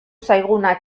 zaiguna